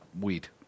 wheat